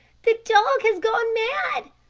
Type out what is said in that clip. the dog has gone mad,